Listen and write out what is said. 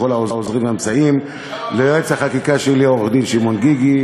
לכל העוזרים והמסייעים: ליועץ החקיקה שלי עורך-דין שמעון גיגי,